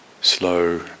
slow